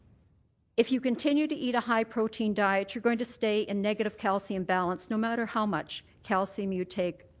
if you continue to eat a high protein diet you're going to stay in negative calcium balance no matter how much calcium you take.